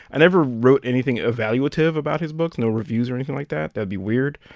i never wrote anything evaluative about his book no reviews or anything like that. that'd be weird.